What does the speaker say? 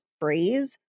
phrase